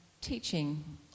teaching